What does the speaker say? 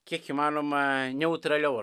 kiek įmanoma neutraliau